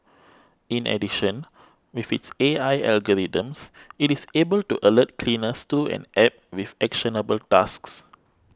in addition with its A I algorithms it is able to alert cleaners through an App with actionable tasks